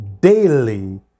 daily